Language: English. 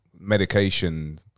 Medication